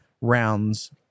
rounds